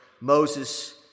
Moses